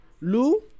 Lou